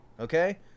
okay